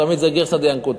תמיד זה גרסא דינקותא.